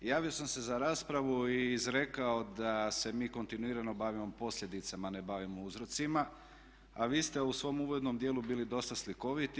Javio sam se za raspravu i izrekao da se mi kontinuirano bavimo posljedicama a ne bavimo uzrocima a vi ste u svom uvodnom dijelu bili dosta slikoviti.